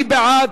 מי בעד?